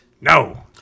No